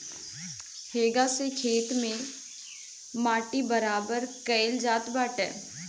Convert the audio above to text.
हेंगा से खेत के माटी बराबर कईल जात बाटे